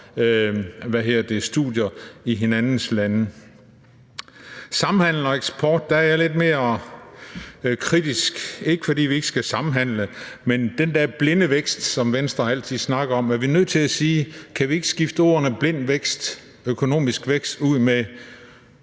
studier i hinandens lande. Hvad angår samhandel og eksport, er jeg lidt mere kritisk. Ikke fordi vi ikke skal samhandle, men i forhold til den der blinde vækst, som Venstre altid snakker om, er vi nødt til at spørge, om vi ikke kan skifte ordene blind vækst, økonomisk vækst, ud med